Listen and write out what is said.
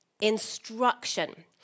instruction